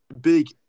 Big